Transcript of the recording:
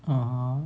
(uh huh)